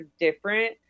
different